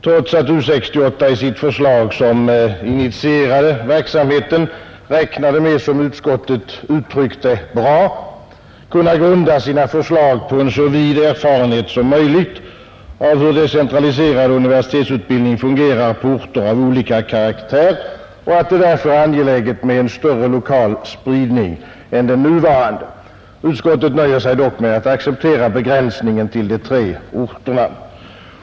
— trots att U 68, som initierade verksamheten, bör kunna — som utskottet med en bra skrivning uttryckt det — ”grunda sina förslag på en så vid erfarenhet som möjligt av hur decentraliserad universitetsutbildning fungerar på orter av olika karaktär och att det därför är angeläget med en större lokal spridning än den nuvarande”. Utskottet nöjer sig dock med att acceptera begränsningen till de tre orterna.